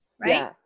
right